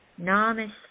namaste